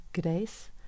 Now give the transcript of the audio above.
grace